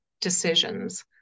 decisions